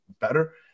better